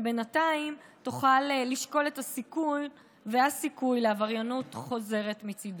ובינתיים תוכל לשקול את הסיכון והסיכוי לעבריינות חוזרת מצידו.